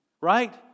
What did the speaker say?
right